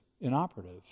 inoperative